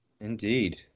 Indeed